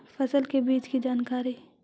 फसल के बीज की जानकारी?